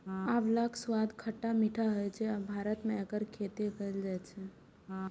आंवलाक स्वाद खट्टा मीठा होइ छै आ भारत मे एकर खेती कैल जाइ छै